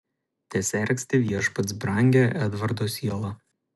tesergsti viešpats brangią edvardo sielą